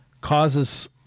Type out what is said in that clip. causes